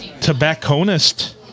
tobacconist